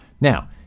Now